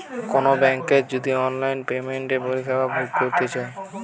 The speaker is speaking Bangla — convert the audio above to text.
কোনো বেংকের যদি অনলাইন পেমেন্টের পরিষেবা ভোগ করতে চাই